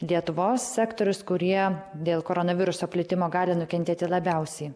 lietuvos sektorius kurie dėl koronaviruso plitimo gali nukentėti labiausiai